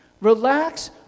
relax